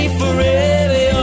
forever